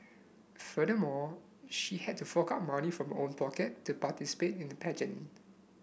furthermore she had to fork out money from own pocket to participate in the pageant